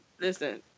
Listen